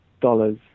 dollars